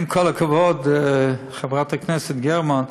עם כל הכבוד, חברת הכנסת גרמן,